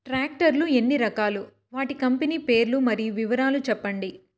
Tractor లు ఎన్ని రకాలు? వాటి కంపెని పేర్లు మరియు వివరాలు సెప్పండి?